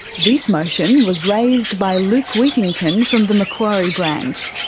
this motion was raised by luke whitington from the macquarie branch.